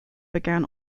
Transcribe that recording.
began